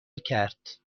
کرد